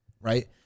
right